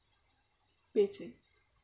beijing